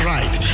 Right